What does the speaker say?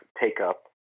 take-up